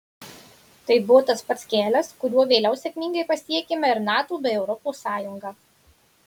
tai buvo tas pats kelias kuriuo vėliau sėkmingai pasiekėme ir nato bei europos sąjungą